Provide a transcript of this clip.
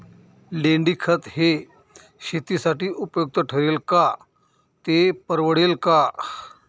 लेंडीखत हे शेतीसाठी उपयुक्त ठरेल का, ते परवडेल का?